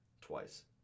twice